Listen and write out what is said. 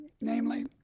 namely